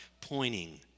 pointing